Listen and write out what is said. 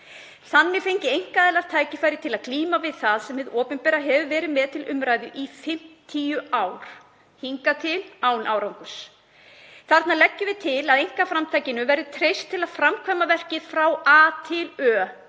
Þannig fengju einkaaðilar tækifæri til að glíma við það sem hið opinbera hefur verið með til umræðu í 50 ár, hingað til án árangurs. Þarna leggjum við til að einkaframtakinu verður treyst til að framkvæma verkið frá A til Ö